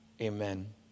Amen